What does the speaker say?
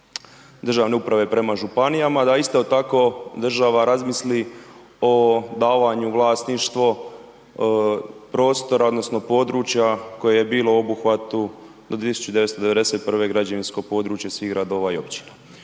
državne uprave prema županijama, da isto tako država razmisli o davanju u vlasništvo prostora odnosno područja koje je bilo u obuhvatu do 1991. građevinsko područje svih gradova i općina.